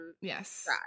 Yes